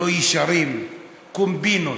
לא ישרים, קומבינות.